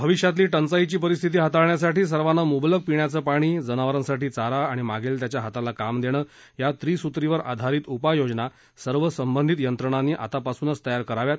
भविष्यातील टचाईची परिस्थिती हाताळण्यासाठी सर्वांना मुबलक पिण्याचं पाणी जनावरांसाठी चारा आणि मागेल त्याच्या हाताला काम देणं या त्रिसुत्रीवर आधारित उपाययोजना सर्व संबंधित यंत्रणांनी आतापासूनच तयार कराव्यात